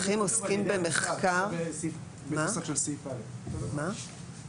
יש